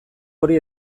hori